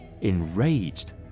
enraged